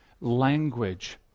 language